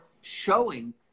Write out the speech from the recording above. showing